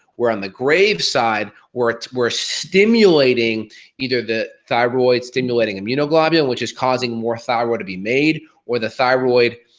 where on the graves' side, we're we're stimulating either the thyroids stimulating immunoglobulin which is causing more thyroid to be made, or the thyroid,